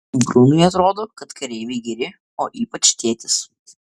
brunui atrodo kad kareiviai geri o ypač tėtis